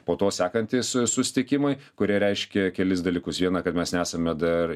po to sekantys susitikimai kurie reiškia kelis dalykus viena kad mes nesame dar